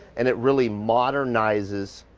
and it really modernizes